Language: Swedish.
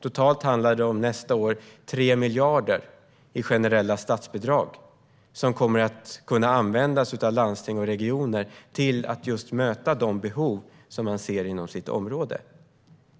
Totalt handlar det nästa år om 3 miljarder i generella statsbidrag som kommer att kunna användas av landsting och regioner till att möta de behov som man ser inom sitt område.